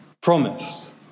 promise